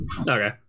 Okay